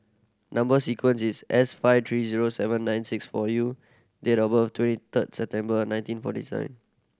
number sequence is S five three zero seven nine six four U date of birth twenty third September nineteen forty seven